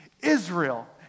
Israel